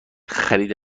خرید